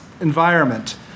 environment